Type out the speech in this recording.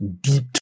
deep